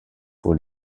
pour